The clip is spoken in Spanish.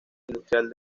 industrial